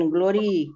Glory